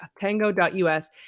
tango.us